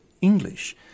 English